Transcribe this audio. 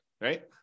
right